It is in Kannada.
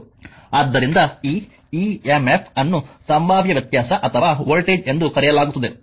ಆದ್ದರಿಂದ ಈ emf ಅನ್ನು ಸಂಭಾವ್ಯ ವ್ಯತ್ಯಾಸ ಮತ್ತು ವೋಲ್ಟೇಜ್ ಎಂದೂ ಕರೆಯಲಾಗುತ್ತದೆ